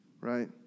right